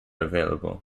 available